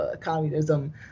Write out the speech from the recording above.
communism